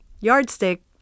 yardstick